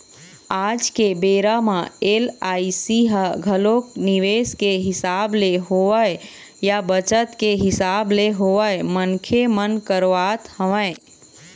आज के बेरा म एल.आई.सी ह घलोक निवेस के हिसाब ले होवय या बचत के हिसाब ले होवय मनखे मन करवात हवँय